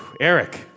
Eric